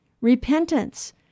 Repentance